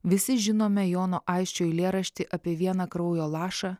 visi žinome jono aisčio eilėraštį apie vieną kraujo lašą